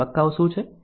તો તબક્કાઓ શું છે